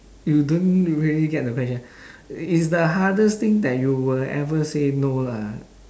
you don't really get the question it's the hardest thing that you will ever say no lah